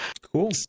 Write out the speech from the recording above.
Cool